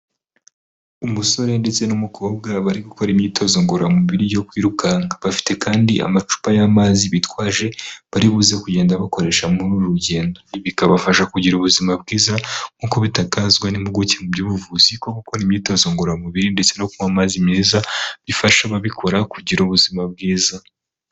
Umusore ndetse n'umukobwa bari gukora imyitozo ngororamubiri yo kwirukanka, bafite kandi amacupa y'amazi bitwaje bari bu kugenda bakoresha muri uru rugendo, bikabafasha kugira ubuzima bwiza nk'uko bitangazwa n'impuguke mu by'ubuvuzi ko gukora imyitozo ngororamubiri ndetse no kunywa amazi meza bifasha ababikora kugira ubuzima bwiza.